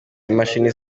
imashini